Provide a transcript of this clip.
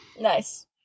nice